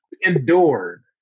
endured